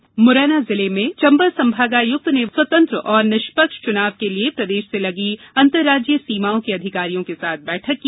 वहीं मुरैना जिले में चंबल संभागायुक्त ने स्वतंत्र और निष्पक्ष चुनाव के लिये प्रदेश से लगी अंतरराज्यीय सीमाओं के अधिकारियों के साथ बैठक की